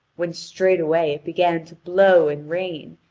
when straightway it began to blow and rain,